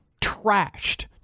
trashed